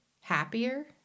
happier